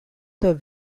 their